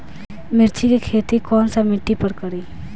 मिर्ची के खेती कौन सा मिट्टी पर करी?